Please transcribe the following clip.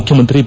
ಮುಖ್ಯಮಂತ್ರಿ ಬಿ